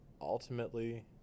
ultimately